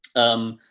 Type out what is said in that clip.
um,